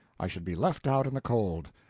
i should be left out in the cold.